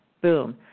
Boom